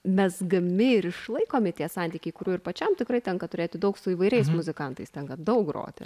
mezgami ir išlaikomi tie santykiai kurių ir pačiam tikrai tenka turėti daug su įvairiais muzikantais tenka daug groti